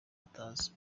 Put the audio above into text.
batazi